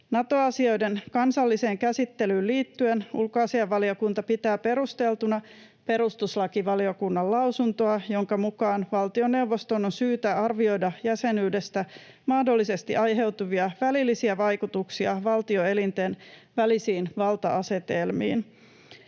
Nato-asioiden kansalliseen käsittelyyn liittyen ulkoasiainvaliokunta pitää perusteltuna perustuslakivaliokunnan lausuntoa, jonka mukaan valtioneuvoston on syytä arvioida jäsenyydestä mahdollisesti aiheutuvia välillisiä vaikutuksia valtioelinten välisiin valta-asetelmiin